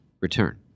return